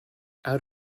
out